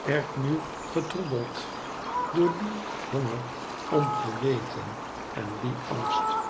werd nu getroebeld door dien honger om te weten en dien angst